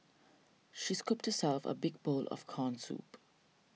she scooped herself a big bowl of Corn Soup